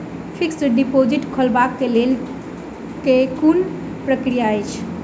Fixed deposit खोलबाक लेल केँ कुन प्रक्रिया अछि?